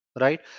Right